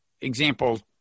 example